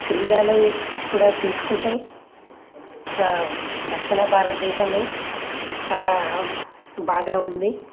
క్రీడలు కూడా చూసుకుంటే దక్షిణ భారతదేశం చాలా బాగా ఉంది